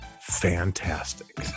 Fantastic